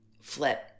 flip